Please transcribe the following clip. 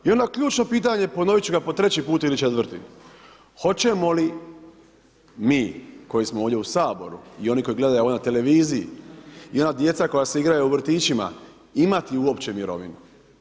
I onda ključno pitanje, ponoviti ću ga po treći put ili četvrti, hoćemo li mi koji smo ovdje u Saboru i oni koji gledaju ovo na televiziji i ona djeca koja se igraju u vrtićima imati uopće mirovinu.